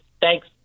thanks